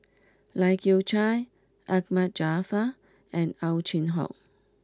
Lai Kew Chai Ahmad Jaafar and Ow Chin Hock